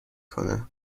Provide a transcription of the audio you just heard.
کنه